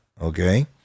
Okay